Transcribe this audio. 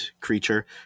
creature